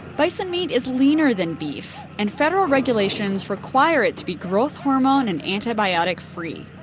bison meat is leaner than beef, and federal regulations require it to be growth-hormone and antibiotic free.